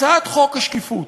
הצעת חוק השקיפות